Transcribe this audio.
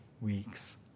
weeks